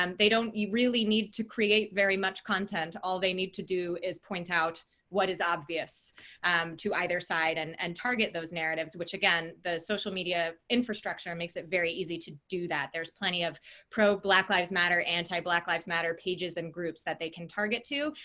um they don't really need to create very much content. all they need to do is out what is obvious um to either side, and and target those narratives. which, again, the social media infrastructure makes it very easy to do that. there's plenty of pro-black lives matter, anti-black lives matter pages and groups that they can target to.